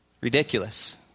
Ridiculous